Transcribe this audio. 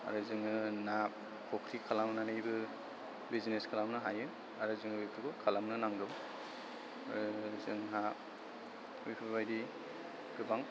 आरो जोङो ना फुख्रि खालामनानैबो बिजिनेस खालामनो हायो आरो जों बेफोरखौ खालामनो नांगौ जोंहा बेफोरबायदि गोबां